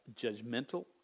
judgmental